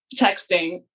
texting